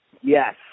Yes